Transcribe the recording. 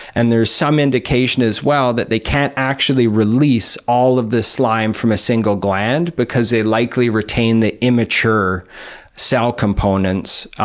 and there's some indication as well that they can't actually release all of the slime from a single gland, because they likely retain the immature cell components,